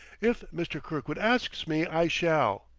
if mr. kirkwood asks me, i shall,